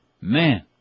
Man